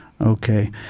Okay